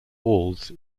walls